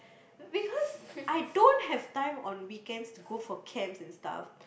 because I don't have time on weekends to go for camps and stuff